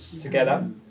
together